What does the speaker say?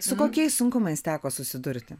su kokiais sunkumais teko susidurti